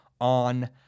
on